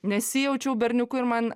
nesijaučiau berniuku ir man